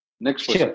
next